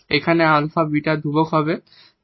এখানে alpha beta ধ্রুবক হবে